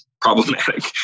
problematic